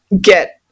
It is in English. get